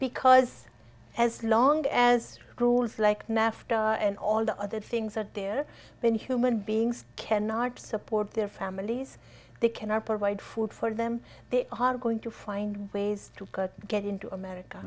because as long as rules like nafta and all the other things that they're been human beings cannot support their families they cannot provide food for them the hard going to find ways to cut get into america